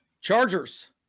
Chargers